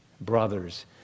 brothers